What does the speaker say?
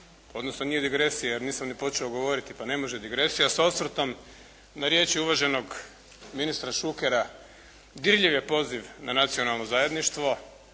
odnosno nije digresija jer nisam ni počeo govoriti pa ne može digresija, sa osvrtom na riječi uvaženog ministra Šukera. Dirljiv je poziv na nacionalno zajedništvo,